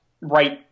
right